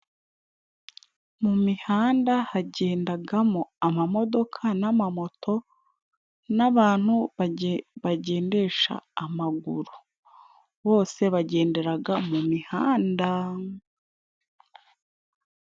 Mu mihanda hagendagamo amamodoka n'amamoto n'abantu bagendesha amaguru, bose bagenderaga mu mihanda.